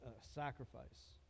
sacrifice